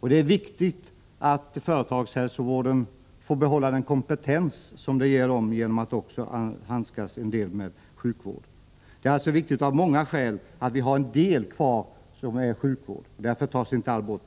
Och det är viktigt att företagshälsovården får behålla den kompetens som finns där genom att man också får handskas en del med sjukvård. Det är alltså viktigt av många skäl att ha kvar en del som är sjukvård — därför tas inte allt bort.